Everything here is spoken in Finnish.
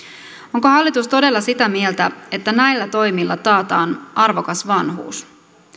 onko hallitus todella sitä mieltä että näillä toimilla taataan arvokas vanhuus